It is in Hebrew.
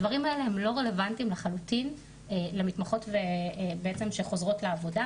הדברים האלה הם לא רלוונטיים לחלוטין למתמחות שחוזרות לעבודה.